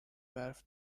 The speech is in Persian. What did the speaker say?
برف